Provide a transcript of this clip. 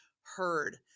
heard